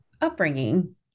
upbringing